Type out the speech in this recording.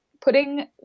putting